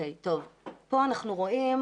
אנחנו רואים